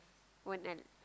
one